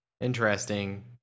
Interesting